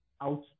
out